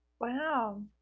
Wow